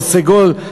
או סגול,